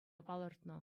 палӑртнӑ